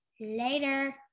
later